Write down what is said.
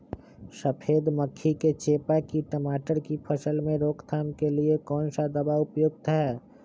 सफेद मक्खी व चेपा की टमाटर की फसल में रोकथाम के लिए कौन सा दवा उपयुक्त है?